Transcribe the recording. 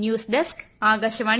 news desk Akashvani